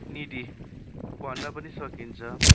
needy भन्न पनि सकिन्छ